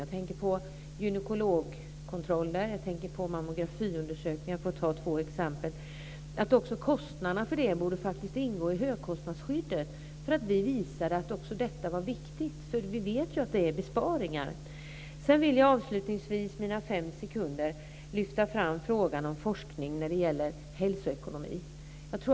Jag tänker på gynekologkontroller och mammografiundersökningar, för att ta två exempel. Kostnaderna för det borde ingå i högskostnadsskyddet så att vi visar att också detta är viktigt. Vi vet att det är besparingar. Avslutningsvis vill jag under mina återstående fem sekunder av talartiden lyfta fram frågan om forskning om hälsoekonomi.